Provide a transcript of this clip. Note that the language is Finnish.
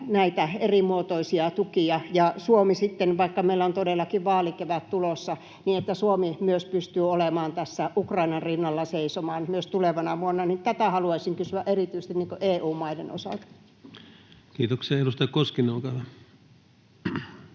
näitä erimuotoisia tukia, ja siitä, että myös Suomi, vaikka meillä on todellakin vaalikevät tulossa, sitten pystyy seisomaan Ukrainan rinnalla tulevana vuonna? Tätä haluaisin kysyä erityisesti EU-maiden osalta. Kiitoksia. — Edustaja Koskinen, olkaa hyvä.